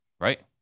Right